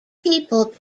people